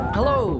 Hello